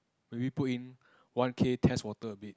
can we put in one K to test water a bit